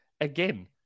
again